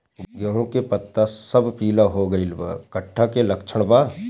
गेहूं के पता सब पीला हो गइल बा कट्ठा के लक्षण बा?